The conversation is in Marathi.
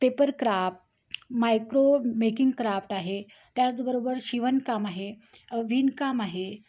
पेपर क्राफ्ट मायक्रोमेकिंग क्राफ्ट आहे त्याचबरोबर शिवणकाम आहे विणकाम आहे